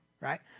Right